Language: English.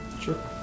Sure